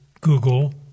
Google